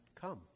come